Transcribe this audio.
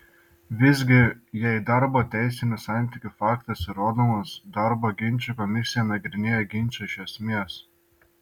visgi jei darbo teisinių santykių faktas įrodomas darbo ginčų komisija nagrinėja ginčą iš esmės